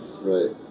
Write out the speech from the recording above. right